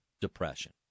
depression